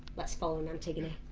let's follow him, antigone,